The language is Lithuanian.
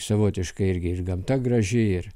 savotiškai irgi ir gamta graži ir